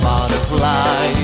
Butterfly